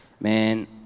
Man